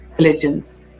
Religions